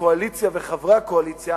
הקואליציה וחברי הקואליציה,